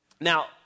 Now